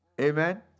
Amen